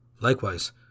Likewise